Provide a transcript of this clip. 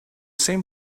same